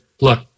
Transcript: look